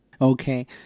okay